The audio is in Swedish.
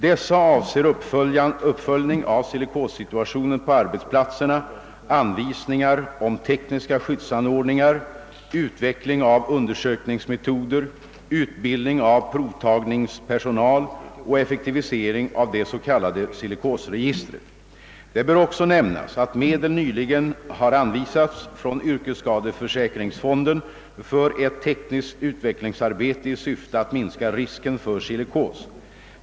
Dessa avser uppföljning av silikossituwationen på arbetsplatserna, anvisningar om tekniska skyddsanordningar, utveckling av undersökningsmetoder, utbildning av provtagningspersonal och effektivisering av det s.k. silikosregistret. Det bör också nämnas att medel nyligen har anvisats från yrkesskadeför säkringsfonden för ett tekniskt utvecklingsarbete i syfte att minska risken för silikos.